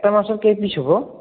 এটা মাছৰ কেই পিচ হ'ব